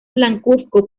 blancuzco